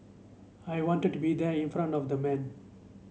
I wanted to be there in front of the man